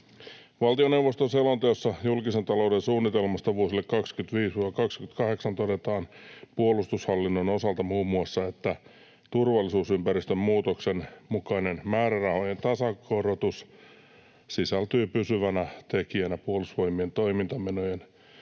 Valtioneuvoston selonteossa julkisen talouden suunnitelmasta vuosille 25—28 todetaan puolustushallinnon osalta muun muassa, että turvallisuusympäristön muutoksen mukainen määrärahojen tasokorotus sisältyy pysyvänä tekijänä Puolustusvoimien toimintamenojen